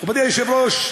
מכובדי היושב-ראש,